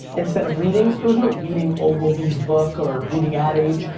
instead of readings. there was no reading ogle v s book, or reading ad age,